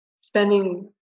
spending